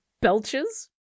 belches